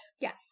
Yes